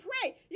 pray